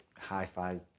hi-fi